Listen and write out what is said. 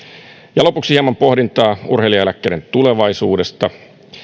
ja lopuksi hieman pohdintaa urheilijaeläkkeiden tulevaisuudesta